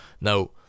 now